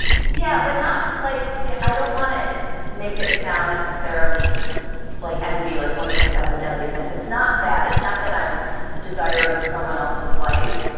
yeah but like yeah. i don't want to make it sound necessarily like envy, like one of the seven deadly sins. it's not that. it's not that i'm desiring someone else's life,